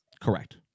Correct